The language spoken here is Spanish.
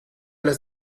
las